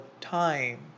time